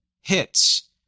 hits